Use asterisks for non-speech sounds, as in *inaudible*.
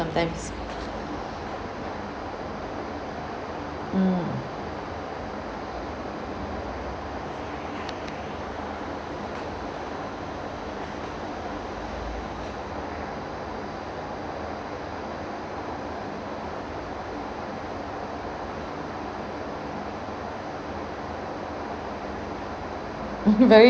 sometimes mm *laughs* very